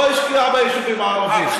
לא השקיעה ביישובים הערביים.